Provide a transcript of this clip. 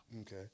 Okay